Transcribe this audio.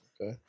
Okay